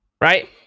right